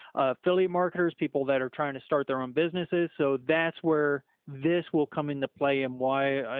affiliate, marketers, people that are trying to start their own businesses. so that's where this will come into play. and why,